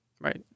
Right